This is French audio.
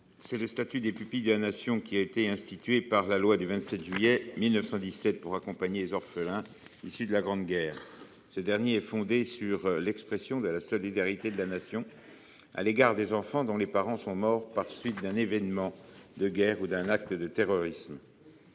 objet le statut des pupilles de la Nation, institué par la loi du 27 juillet 1917 pour accompagner les orphelins de la Grande Guerre. Ce statut exprime la solidarité de la Nation à l’égard des enfants dont les parents sont morts à la suite d’un événement de guerre ou d’un acte de terrorisme.